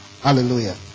Hallelujah